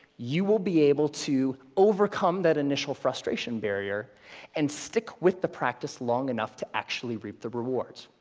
you will be able to overcome that initial frustration barrier and stick with the practice long enough to actually reap the rewards.